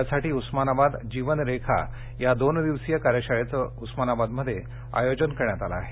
यासाठी उ मानाबाद जीवनरेखा या दोन दिवसीय कायशाळेचं उ मानाबादम ये आयोजन कर यात आलं आहे